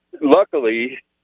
luckily